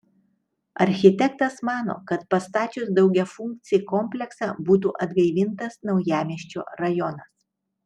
architektas mano kad pastačius daugiafunkcį kompleksą būtų atgaivintas naujamiesčio rajonas